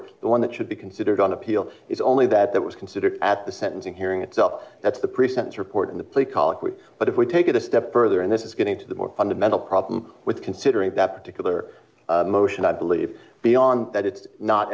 court the one that should be considered on appeal is only that that was considered at the sentencing hearing itself that's the pre sentence report in the play calling but if we take it a step further and this is getting to the more fundamental problem with considering that particular motion i believe beyond that it's not